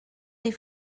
des